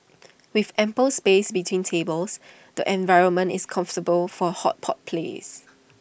with ample space between tables the environment is comfortable for A hot pot place